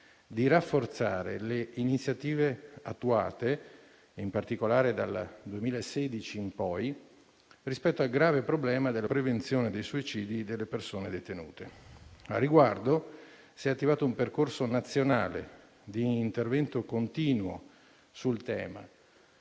di rafforzare le iniziative attuate, in particolare dal 2016 in poi, rispetto al grave problema della prevenzione dei suicidi delle persone detenute. Al riguardo, si è attivato un percorso nazionale di intervento continuo sul tema